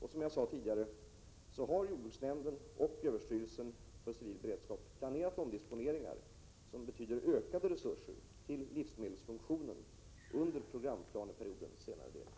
Och som jag tidigare sade har jordbruksnämnden och överstyrelsen för civil beredskap planerat omdisponeringar som betyder ökade resurser till livsmedelsfunktionen under programplaneperiodens senare del.